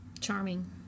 Charming